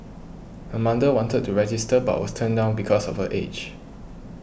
her mother wanted to register but was turned down because of her age